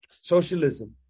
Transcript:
Socialism